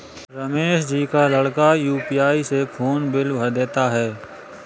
रमेश जी का लड़का यू.पी.आई से फोन बिल भर देता है